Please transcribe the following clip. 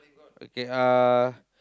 okay uh